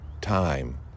time